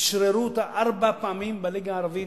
אשררו אותה ארבע פעמים בליגה הערבית,